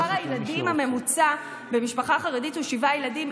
למרות שמספר הילדים הממוצע במשפחה חרדית הוא שבעה ילדים,